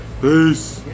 Peace